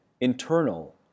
internal